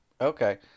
Okay